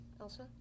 Elsa